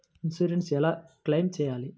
Insurance ఎలా claim చేయాలి?